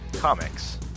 Comics